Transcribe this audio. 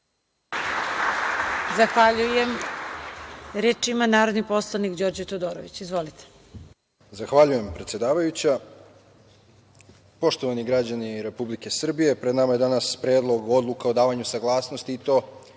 Zahvaljujem. Reč ima narodni poslanik Đorđe Todorović. Izvolite. **Đorđe Todorović** Zahvaljujem, predsedavajuća. Poštovani građani Republike Srbije, pred nama je danas predlog odluka o davanju saglasnosti, i to